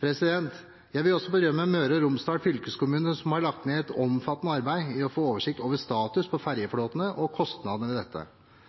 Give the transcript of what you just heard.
Jeg vil også berømme Møre og Romsdal fylkeskommune, som har lagt ned et omfattende arbeid i å få oversikt over status på ferjeflåten og kostnadene ved dette.